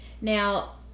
Now